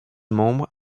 membres